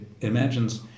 imagines